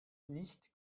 nicht